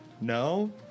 no